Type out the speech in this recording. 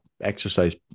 exercise